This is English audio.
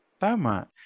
Tama